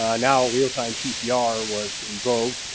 ah now real time pcr was involved,